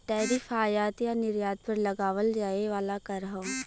tariff आयात या निर्यात पर लगावल जाये वाला कर हौ